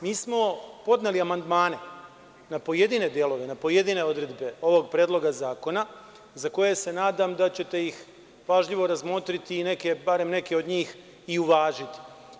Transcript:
Mi smo podneli amandmane na pojedine delove, na pojedine odredbe ovog Predloga zakona za koje se nadam da ćete ih pažljivo razmotriti i barem neke od njih i uvažiti.